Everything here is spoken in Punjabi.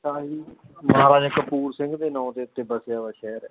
ਮਹਾਰਾਜ ਕਪੂਰ ਸਿੰਘ ਦੇ ਨਾਂ ਦੇ ਉੱਤੇ ਵਸਿਆ ਹੋਇਆ ਸ਼ਹਿਰ ਹੈ